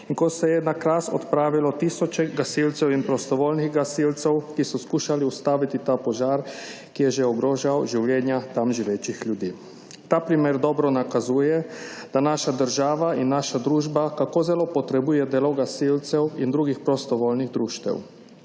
in ko se je na Kras odpravilo tisoče gasilcev in prostovoljnih gasilcev, ki so skušali ustaviti ta požar, ki je že ogrožal življenja tam živečih ljudi. Ta primer dobro nakazuje, da naša država in naša družba kako zelo potrebuje delo gasilcev in drugih prostovoljnih društev.